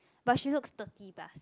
but she looks thirty plus